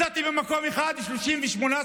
מצאתי במקום אחד 38 שרים,